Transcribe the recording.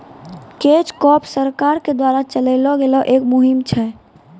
catch crop सरकार के द्वारा चलैलो गेलो एक मुहिम छै